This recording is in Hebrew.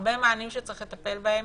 הרבה מענים שצריך לטפל בהם.